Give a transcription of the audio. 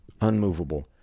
unmovable